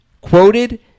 quoted